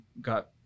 got